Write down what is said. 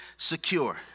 Secure